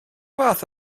fath